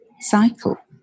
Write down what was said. cycle